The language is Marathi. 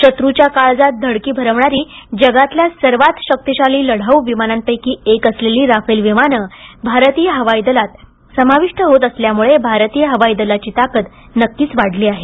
शत्रूच्या काळजात धडकी भरवणारी जगातल्या सर्वात शक्तीशाली लढाऊ विमानांपैकी एक असलेली राफेल विमानं भारतीय हवाई दलात समाविष्ट होत असल्यामुळे भारतीय हवाई दलाची ताकद नक्कीच वाढली आहे